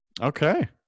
Okay